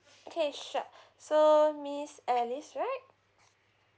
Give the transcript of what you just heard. okay sure so miss alice right